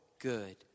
good